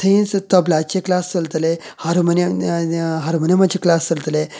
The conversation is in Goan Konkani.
थंयच तबलाचे क्लास चलतले हार्मोनीय यय म चे क्लास चलतले